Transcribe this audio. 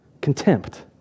Contempt